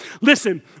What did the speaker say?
Listen